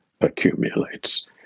accumulates